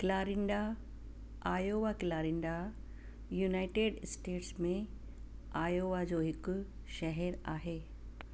Clarinda Iowa Clarinda United States में Iowa जो हिकु शहरु आहे